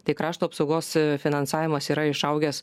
tai krašto apsaugos finansavimas yra išaugęs